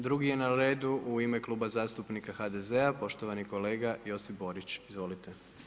Drugi je na redu u ime Kluba zastupnika HDZ-a poštovani kolega Josip Borić, izvolite.